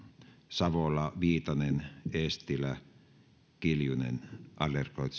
savola viitanen eestilä kiljunen adlercreutz